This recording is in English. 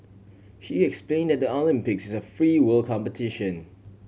he explain that the Olympics is a free world competition